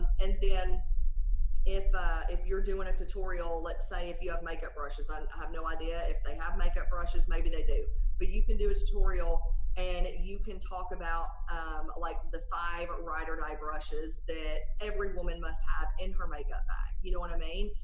and then if ah if you're doing a tutorial let's say if you have makeup brushes. i have no idea if they have makeup brushes, maybe they do. but you can do a tutorial and you can talk about um like the five rider and brushes that every woman must have in her makeup ah you know and mean?